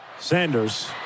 Sanders